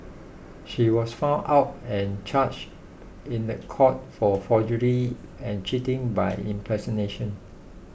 she was found out and charged in the court for forgery and cheating by impersonation